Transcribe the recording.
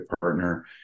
partner